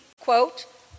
quote